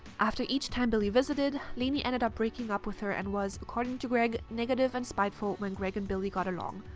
after each time billie visited, lainey ended up breaking up with her and was, according to greg, negative and spiteful when greg and billie got along.